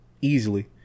Easily